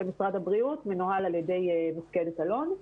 משרד הבריאות שמנוהל על ידי מפקדת אלון,